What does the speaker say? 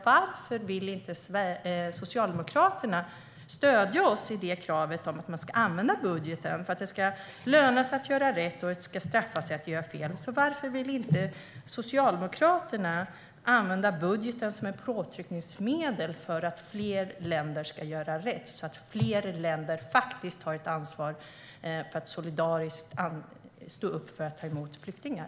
Varför vill inte Socialdemokraterna stödja vårt krav på att budgeten ska användas så att det ska löna sig att göra rätt och straffa sig att göra fel? Varför vill inte Socialdemokraterna använda budgeten som påtryckningsmedel för att fler länder ska göra rätt och för att fler länder ska ta ett ansvar för att solidariskt ta emot flyktingar?